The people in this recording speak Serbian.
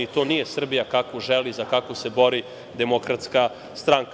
To nije Srbija kakvu želi, za kakvu se bori Demokratska stranka.